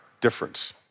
difference